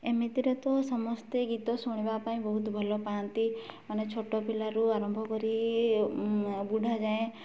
ଏମିତିରେ ତ ସମସ୍ତେ ଗୀତ ଶୁଣିବା ପାଇଁ ବହୁତ ଭଲ ପାଆନ୍ତି ମାନେ ଛୋଟ ପିଲାରୁ ଆରମ୍ଭ କରି ବୁଢ଼ାଯାଏ